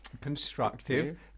Constructive